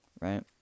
Right